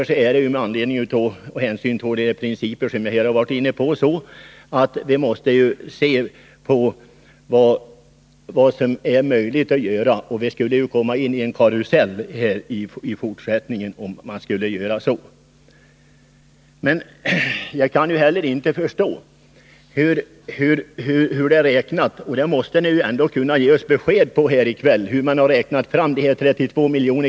Med hänsyn till de principer som jag har varit inne på måste vi då se på vad som är möjligt att göra. Vi skulle komma in i en karusell med många landsting i fortsättningen, om vi skulle göra som socialdemokraterna vill. Jag kan heller inte förstå hur ni har räknat fram de här 32 miljonerna; det måste ni ändå kunna ge oss besked om här i kväll.